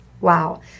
Wow